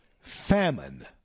Famine